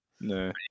no